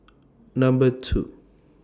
Number two